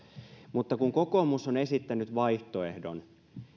mutta kokoomus on esittänyt vaihtoehdon